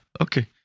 Okay